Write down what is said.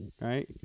right